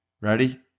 ready